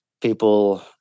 people